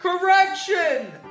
CORRECTION